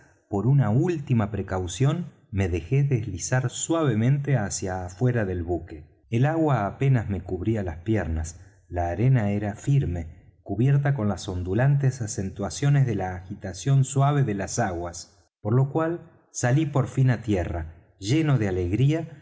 por una última precaución me dejé deslizar suavemente hacia afuera del buque el agua apenas me cubría las piernas la arena era firme cubierta con las ondulantes acentuaciones de la agitación suave de las aguas por lo cual salí por fin á tierra lleno de alegría